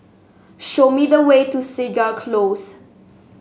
show me the way to Segar Close